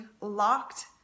locked